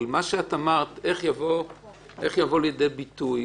אבל מה שאת אמרת, איך יבוא לידי ביטוי?